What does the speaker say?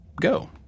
go